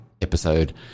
episode